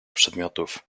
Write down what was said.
przedmiotów